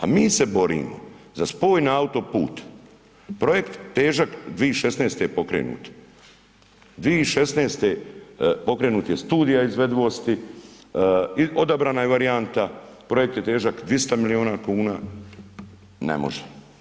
A mi se borimo za spoj na autoput, projekt težak, 2016. pokrenut, 2016. pokrenuta je studija izvedivosti, odabrana je varijanta, projekt je težak 200 milijuna kuna, ne može.